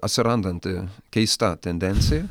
atsirandanti keista tendencija